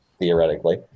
Theoretically